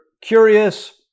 curious